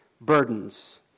burdens